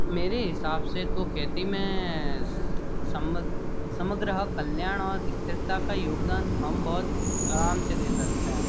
मेरे हिसाब से तो खेती में समग्र कल्याण और स्थिरता का योगदान हम बहोत आराम से दे सकते हैं